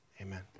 Amen